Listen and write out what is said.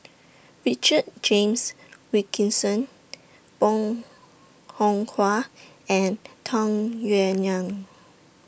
Richard James Wilkinson Bong Hiong Hwa and Tung Yue Nang